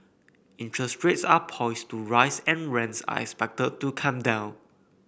interest rates are poised to rise and rents are expected to come down